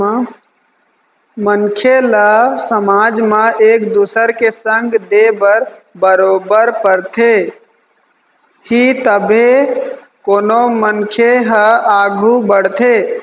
मनखे ल समाज म एक दुसर के संग दे बर बरोबर परथे ही तभे कोनो मनखे ह आघू बढ़थे